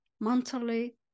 mentally